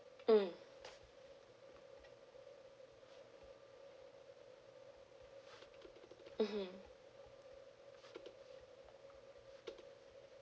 mm mmhmm